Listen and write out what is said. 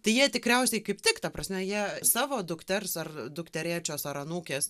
tai jie tikriausiai kaip tik ta prasme jie savo dukters ar dukterėčios ar anūkės